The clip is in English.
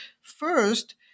First